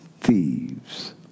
thieves